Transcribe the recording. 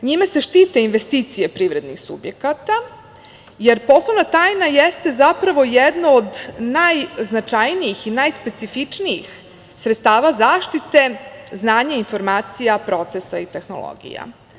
Njime se štite investicije privrednih subjekata, jer poslovna tajna jeste zapravo jedno od najznačajnijih i najspecifičnijih sredstava zaštite znanja, informacija, procesa i tehnologija.